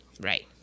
Right